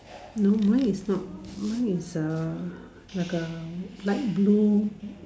no mine is not mine is err like a light blue